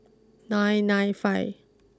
nine nine five